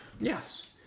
Yes